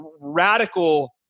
radical